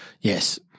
Yes